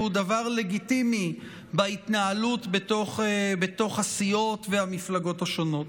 והוא דבר לגיטימי בהתנהלות בתוך הסיעות והמפלגות השונות.